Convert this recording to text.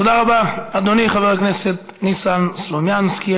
תודה רבה, אדוני חבר הכנסת ניסן סלומינסקי.